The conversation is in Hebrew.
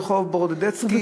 ברחוב ברודצקי,